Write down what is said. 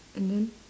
and then